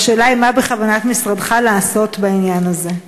והשאלה היא מה בכוונת משרדך לעשות בעניין הזה.